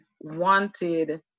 wanted